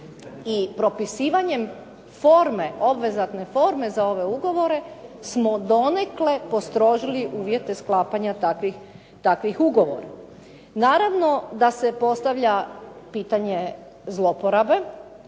i propisivanjem forme obvezatne forme za ove ugovore, smo donekle postrožili uvjete sklapanja takvih ugovora. Naravno da se postavlja pitanje zloporabe,